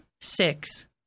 six